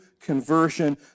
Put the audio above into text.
conversion